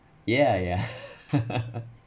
yeah yeah